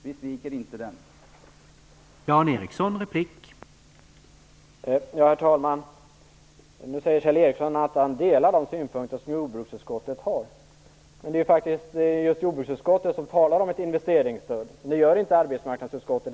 Vi sviker inte regionalpolitiken.